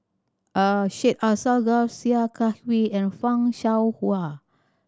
Syed Alsagoff Sia Kah Hui and Fan Shao Hua